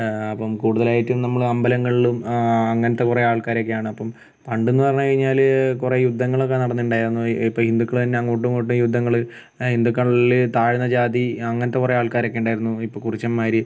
അപ്പം കൂടുതലായിട്ടും നമ്മൾ അമ്പലങ്ങളിലും അങ്ങനത്തെ കുറേ ആൾക്കാരൊക്കെയാണ് അപ്പം പണ്ടെന്ന് പറഞ്ഞുകഴിഞ്ഞാൽ കുറേ യുദ്ധങ്ങളൊക്കെ നടന്നിട്ടുണ്ടായിരുന്നു ഇപ്പോൾ ഹിന്ദുക്കൾ തന്നെ അങ്ങോട്ടും ഇങ്ങോട്ടും യുദ്ധങ്ങൾ ഹിന്ദുക്കളിൽ താഴ്ന്ന ജാതി അങ്ങനത്തെ കുറേ ആൾക്കാരൊക്കെ ഉണ്ടായിരുന്നു ഇപ്പോൾ കുറിച്യന്മാർ